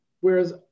Whereas